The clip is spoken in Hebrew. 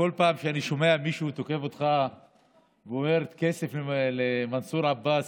כל פעם שאני שומע מישהו תוקף אותך ואומר "כסף למנסור עבאס",